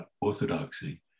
orthodoxy